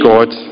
God